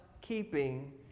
keeping